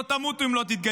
לא תמותו אם לא תתגייסו,